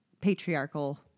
patriarchal